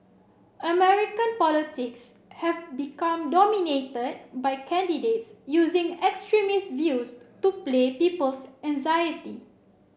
American politics have become dominated by candidates using extremist views to play people's anxiety